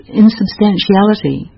insubstantiality